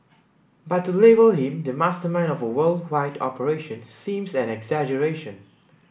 but to label him the mastermind of a worldwide operation seems an exaggeration